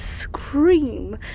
scream